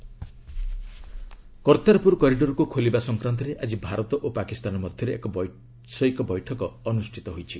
Kartarpur corridor Kartarpur କରିଡର୍କୁ ଖୋଲିବା ସଂକ୍ରାନ୍ତରେ ଆଜି ଭାରତ ଓ ପାକିସ୍ତାନ ମଧ୍ୟରେ ଏକ ବୈଷୟିକ ବୈଠକ ଅନୁଷ୍ଠିତ ହୋଇଛି